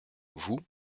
vous